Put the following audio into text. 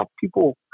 people